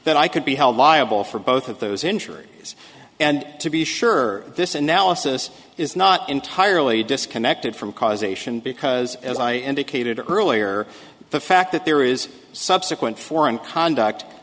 that i could be held liable for both of those injuries and to be sure this analysis is not entirely disconnected from causation because as i indicated earlier the fact that there is subsequent foreign conduct